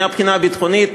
מהבחינה הביטחונית,